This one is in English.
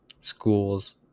schools